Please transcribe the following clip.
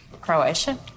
Croatia